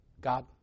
God